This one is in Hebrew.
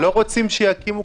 כמו שלא כתבתם סלון,